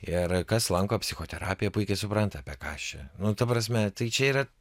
ir kas lanko psichoterapiją puikiai supranta apie ką aš čia nu ta prasme tai čia yra